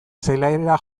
zelaira